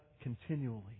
continually